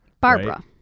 Barbara